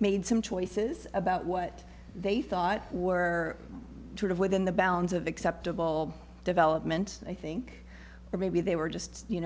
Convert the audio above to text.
made some choices about what they thought were sort of within the bounds of acceptable development i think or maybe they were just you